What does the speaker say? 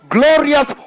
glorious